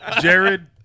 Jared